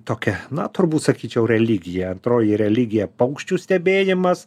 tokia na turbūt sakyčiau religija antroji religija paukščių stebėjimas